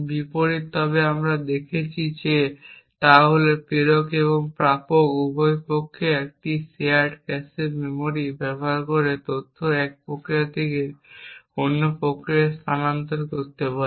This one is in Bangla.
বিপরীত তবে আমরা এখন যা দেখিয়েছি তা হল প্রেরক এবং প্রাপক প্রকৃতপক্ষে একটি শেয়ার্ড ক্যাশে মেমরি ব্যবহার করে তথ্য এক প্রক্রিয়া থেকে অন্য প্রক্রিয়ায় স্থানান্তর করতে পারে